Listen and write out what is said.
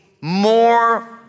more